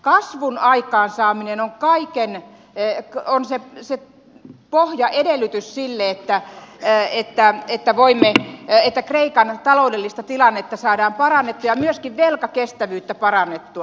kasvun aikaansaaminen on kaiken week on se että se on pohjaedellytys sille että kreikan taloudellista tilannetta saadaan parannettua ja myöskin velkakestävyyttä parannettua